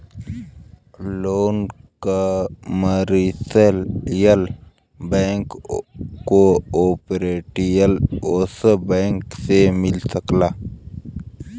loan commercial bank cooperative bank से मिल सकेला